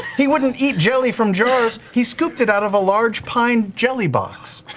he wouldn't eat jelly from jars. he scooped it out of a large pine jelly box.